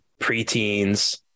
preteens